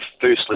firstly